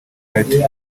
rights